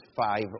five